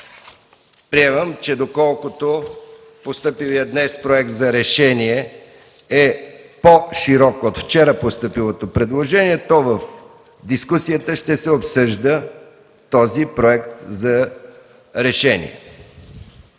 Приемам, че доколкото постъпилият днес проект за решение е по-широк от вчера постъпилото предложение, то в дискусията ще се обсъжда този проект за решение.